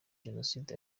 jenoside